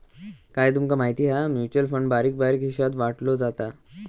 काय तूमका माहिती हा? म्युचल फंड बारीक बारीक हिशात वाटलो जाता